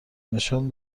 نشان